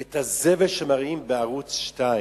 את הזבל שמראים בערוץ-2,